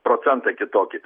procentą kitokį